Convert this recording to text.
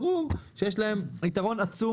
ברור שיש להם יתרון עצום בכניסה לזה.